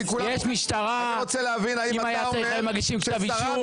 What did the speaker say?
יש משטרה, אם היה צריך הם היו מגישים כתב אישום.